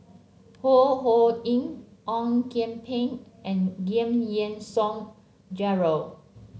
Ho Ho Ying Ong Kian Peng and Giam Yean Song Gerald